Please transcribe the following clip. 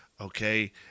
Okay